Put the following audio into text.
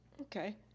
Okay